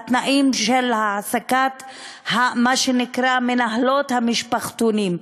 התנאים של העסקת מה שנקרא "מנהלות" המשפחתונים.